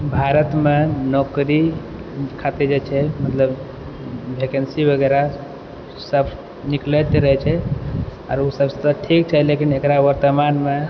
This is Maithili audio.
भारतमे नौकरी खातिर जे छै मतलब वैकेन्सी वगैरह सब निकलैत रहय छै आओर ओ सब तऽ ठीक छै लेकिन एकरा वर्तमानमे